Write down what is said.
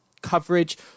coverage